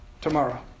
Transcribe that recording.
tomorrow